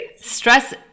stress